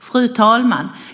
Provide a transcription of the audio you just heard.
Fru talman!